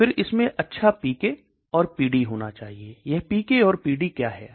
फिर इसमें अच्छा पीके और पीडी होना चाहिए यह पीके और पीडी क्या है